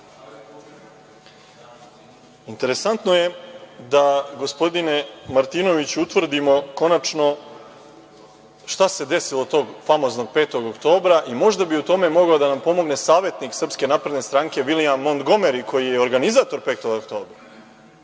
interesantno je da, gospodine Martinoviću, utvrdimo konačno šta se desilo tog famoznog 5. oktobra i možda bi u tome mogao da nam pomogne savetnik Srpske napredne stranke Vilijam Montgomeri koji je organizator 5. oktobra,